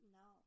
no